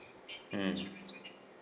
mm